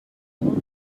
all